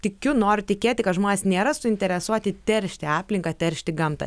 tikiu noriu tikėti kad žmonės nėra suinteresuoti teršti aplinką teršti gamtą